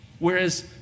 Whereas